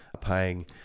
paying